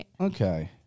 okay